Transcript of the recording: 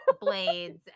blades